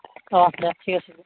অঁ দেক ঠিক আছে দেক